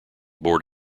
board